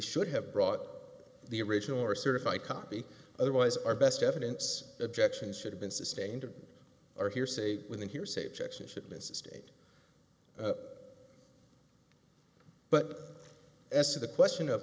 should have brought the original or certified copy otherwise our best evidence objections should have been sustained or hearsay when the hearsay objection shipments estate but as to the question of